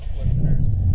listeners